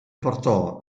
portò